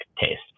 taste